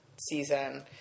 season